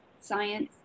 science